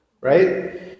Right